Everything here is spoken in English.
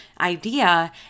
idea